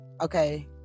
okay